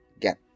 get